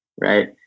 right